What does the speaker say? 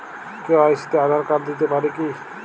KYC তে Aadhaar card দিতে পারি কি?